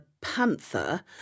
panther